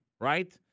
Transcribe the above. right